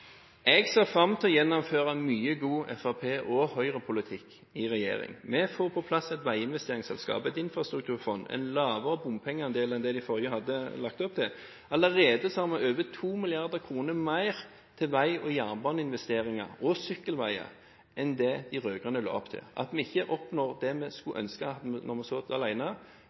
Jeg ser fram til å gjennomføre mye god Fremskrittsparti- og Høyre-politikk i regjering. Vi får på plass et veiinvesteringsselskap, et infrastrukturfond og en lavere bompengeandel enn det forrige regjering hadde lagt opp til. Vi har allerede over 2 mrd. kr mer til vei- og jernbaneinvesteringer og sykkelveier enn det de rød-grønne la opp til. At vi ikke oppnår det vi skulle ønske når vi